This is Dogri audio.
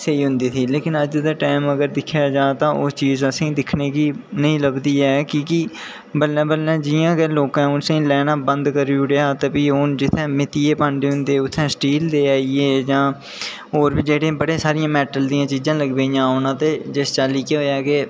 सेही होंदी ही पर अज्ज दे टाईम अगर दिक्खेआ जा ते ओह् चीज़ असेंगी दिक्खने च नेईं लभदी ऐ की के बल्लें बल्लें जि'यां गै लोकें लैना बंद करी ओडे़आ ते भी जित्थै मित्तिये दे भांडे होंदे उत्थै स्टील दे आई गे जां होर बी बड़े सारे जेह्ड़े मेटल दियां चीज़ां लग्गियां औना ते जिस चाल्ली केह् होया ते